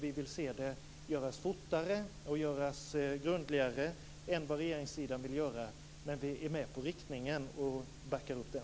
Vi vill se det göras fortare och grundligare än vad regeringssidan vill göra, men vi är med på riktningen och backar upp den.